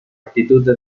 actitud